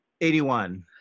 81